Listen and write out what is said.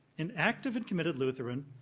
an active and committed lutheran,